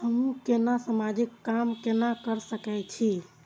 हमू केना समाजिक काम केना कर सके छी?